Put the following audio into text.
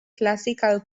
classical